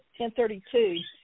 1032